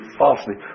falsely